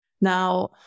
Now